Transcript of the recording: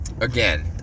Again